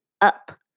up